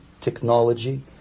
technology